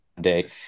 day